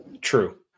True